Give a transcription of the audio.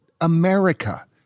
America